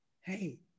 hey